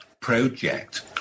project